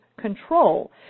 control